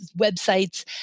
websites